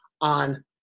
on